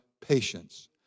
patience